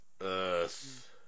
Earth